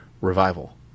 revival